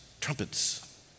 trumpets